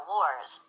Wars